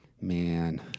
man